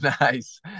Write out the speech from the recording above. Nice